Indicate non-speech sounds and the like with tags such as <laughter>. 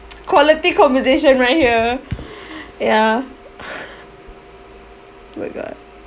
<noise> quality conversation right here ya <noise> oh my god